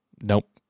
Nope